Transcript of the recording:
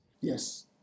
Yes